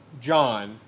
john